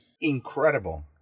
Incredible